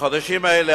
בחודשים אלה,